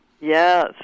Yes